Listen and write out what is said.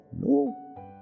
No